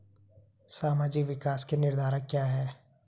सामाजिक विकास के निर्धारक क्या है?